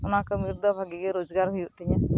ᱚᱱᱟ ᱠᱟᱹᱢᱤ ᱨᱮᱫᱚ ᱵᱷᱟᱜᱮ ᱜᱮ ᱨᱚᱡᱽᱜᱟᱨ ᱦᱳᱭᱳᱜ ᱛᱤᱧᱟ